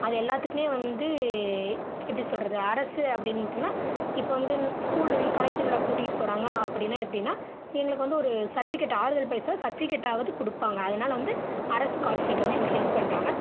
அது எல்லாத்துக்குமே வந்து எப்படி சொல்லுறது அரசு அப்படின்னு பார்த்திங்கனா இப்போவந்து ஸ்கூல் லெவல்ல கலைத்திருவிழா கூட்டிட்டுப் போறாங்க அப்படினா எப்படினா எங்களுக்கு வந்து ஒரு சர்டிபிகேட் ஆறுதல் பிரைஸோ சர்ட்பிகேட்டாவது கொடுப்பாங்க அதனால வந்து அரசு கார்ப்பரேட் வந்து எங்களுக்கு ஹெல்ப் பண்றாங்க